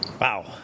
Wow